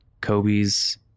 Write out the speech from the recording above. Kobe's